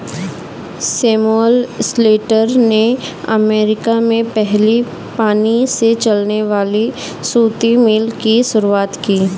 Samuel Slater ने America में पहली पानी से चलने वाली सूती मिल की शुरुआत की